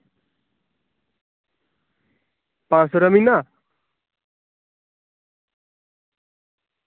पंज सौ रपेआ म्हीना